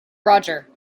roger